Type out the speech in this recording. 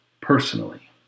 personally